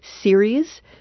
series